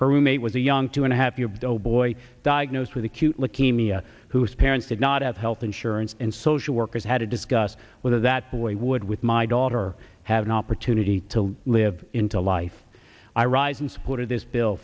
her roommate was a young two and a half your doughboy diagnosed with acute leukemia whose parents did not have health insurance and social workers had to discuss whether that boy would with my daughter have an opportunity to live in to life i rise and supported this bill